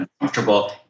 uncomfortable